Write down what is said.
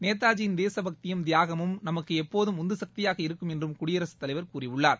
நேதாஜியின் தேசபக்தியும் தியாகமும் நமக்கு எப்போதும் உந்து சக்தியாக இருக்கும் என்றும் குடியரசுத் தலைவர் கூறியுள்ளார்